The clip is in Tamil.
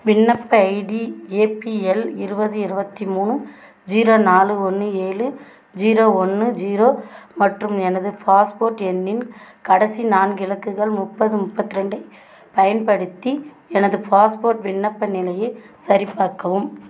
விண்ணப்ப ஐடி ஏபிஎல் இருபது இருபத்தி மூணு ஜீரோ நாலு ஒன்று ஏழு ஜீரோ ஒன்று ஜீரோ மற்றும் எனது பாஸ்போர்ட் எண்ணின் கடைசி நான்கு இலக்குகள் முப்பது முப்பத்தி ரெண்டை பயன்படுத்தி எனது பாஸ்போர்ட் விண்ணப்ப நிலையை சரிபார்க்கவும்